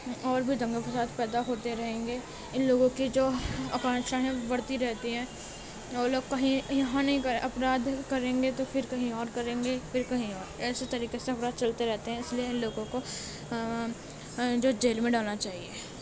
اور بھی دنگا فساد پیدا ہوتے رہیں گے ان لوگوں کی جو اکانکچھا ہیں بڑھتی رہتی ہیں وہ لوگ کہیں یہاں نہیں کریں اپرادھ کریں گے تو پھر کہیں اور کریں گے پھر کہیں اور ایسے طریقے سے اپرادھ چلتے رہتے ہیں اس لیے ان لوگوں کو جو جیل میں ڈالنا چاہیے